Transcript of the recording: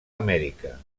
amèrica